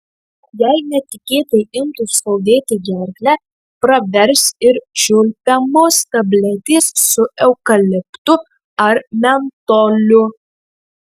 jei netikėtai imtų skaudėti gerklę pravers ir čiulpiamosios tabletės su eukaliptu ar mentoliu